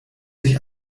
sich